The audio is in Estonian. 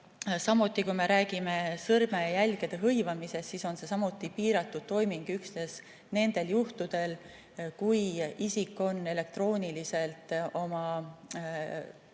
Samuti, kui me räägime sõrmejälgede hõivamisest, siis see on piiratud toiming üksnes nendel juhtudel, kui isik on elektrooniliselt oma